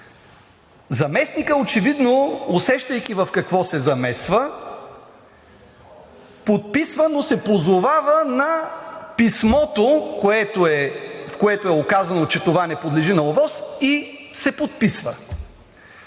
Заместникът очевидно, усещайки в какво се замесва, подписва, но се позовава на писмото, в което е указано, че това не подлежи на ОВОС. Впоследствие